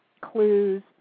clues